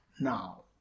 now